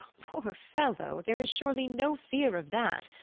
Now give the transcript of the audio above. poor fellow, there is surely no fear of that.